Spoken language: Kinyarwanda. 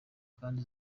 kandi